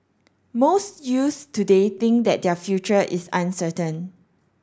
most youths today think that their future is uncertain